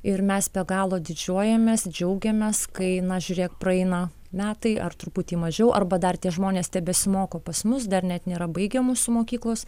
ir mes be galo didžiuojamės džiaugiamės kai na žiūrėk praeina metai ar truputį mažiau arba dar tie žmonės tebesimoko pas mus dar net nėra baigę mūsų mokyklos